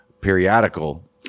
periodical